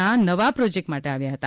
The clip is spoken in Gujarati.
ના નવા પ્રોજેક્ટ માટે આવ્યા હતા